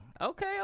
okay